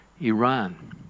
Iran